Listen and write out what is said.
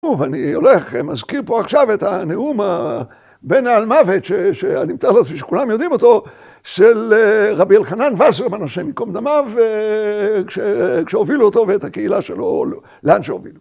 ואני הולך, מזכיר פה עכשיו את הנאום בין האלמוות, שאני מתאר לעצמי שכולם יודעים אותו, של רבי אלחנן ווסר, בן השם יקום דמיו, כשהובילו אותו ואת הקהילה שלו, לאן שהובילו.